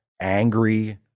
angry